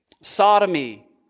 sodomy